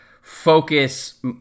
focus